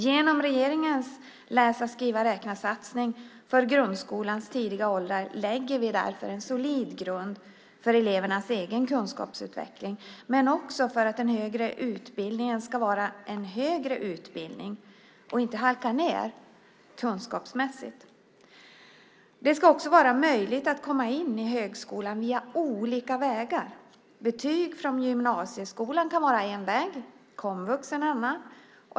Genom regeringens läsa-skriva-räkna-satsning för grundskolans tidiga åldrar lägger vi därför en solid grund för elevernas egen kunskapsutveckling, men också för att den högre utbildningen ska vara en högre utbildning och inte halka ned kunskapsmässigt. Det ska också vara möjligt att komma in i högskolan via olika vägar. Betyg från gymnasieskolan kan vara en väg, komvux en annan.